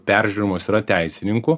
peržiūrimos yra teisininkų